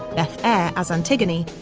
beth eyre as antigone,